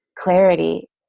clarity